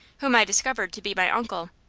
whom i discovered to be my uncle,